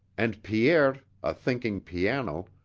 and pierre, a thinking piano,